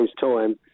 time